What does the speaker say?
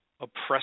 oppressive